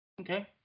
Okay